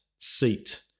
seat